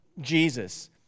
Jesus